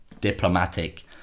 diplomatic